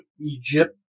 Egypt